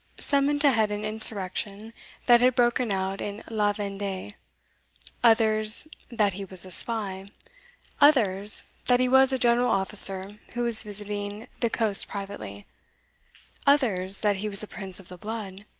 summoned to head an insurrection that had broken out in la vende'e others that he was a spy others that he was a general officer, who was visiting the coast privately others that he was a prince of the blood,